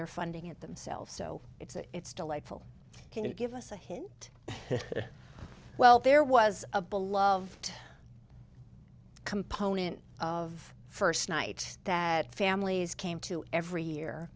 they're funding it themselves so it's delightful can you give us a hint well there was a beloved component of first night that families came to every year